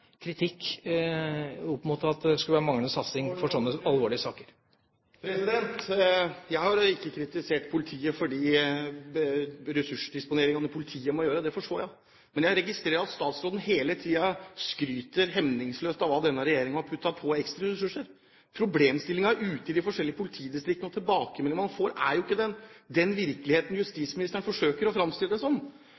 at det skulle være manglende satsing på alvorlige saker. Jeg har ikke kritisert politiet for de ressursdisponeringene politiet må gjøre. Det forstår jeg. Men jeg registrerer at statsråden hele tiden skryter hemningsløst av hva denne regjeringen har puttet på av ekstra ressurser. Problemstillingen ute i de forskjellige politidistriktene og de tilbakemeldingene man får, viser jo ikke den virkeligheten